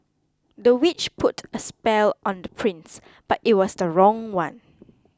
the witch put a spell on the prince but it was the wrong one